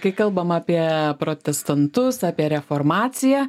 kai kalbama apie protestantus apie reformaciją